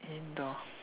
indoor